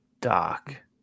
dark